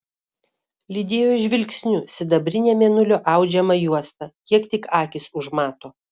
lydėjo žvilgsniu sidabrinę mėnulio audžiamą juostą kiek tik akys užmato